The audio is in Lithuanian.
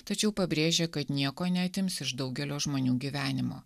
tačiau pabrėžė kad nieko neatims iš daugelio žmonių gyvenimo